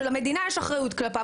למדינה יש אחריות כלפיו,